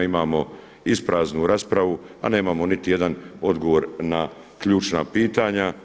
Imamo ispraznu raspravu, a nemamo niti jedan odgovor na ključna pitanja.